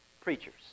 preachers